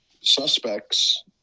suspects